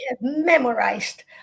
memorized